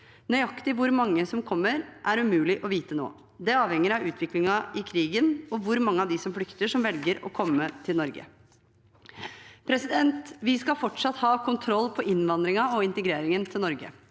Nøyaktig hvor mange som kommer, er det umulig å vite nå. Det avhenger av utviklingen i krigen og hvor mange av dem som flykter, som velger å komme til Norge. Vi skal fortsatt ha kontroll på innvandringen til og integreringen i Norge.